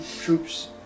troops